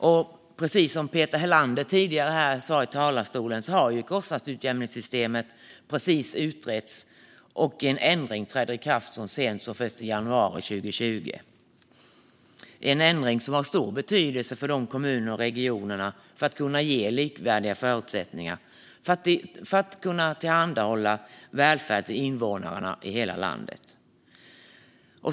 Kostnadsutjämningssystemet har precis utretts, precis som Peter Helander sa här i talarstolen, och en ändring trädde i kraft så sent som den 1 januari 2020. Det är en ändring som har stor betydelse i dessa kommuner och regioner för att kunna ge likvärdiga förutsättningar att tillhandahålla välfärd till invånarna i hela landet.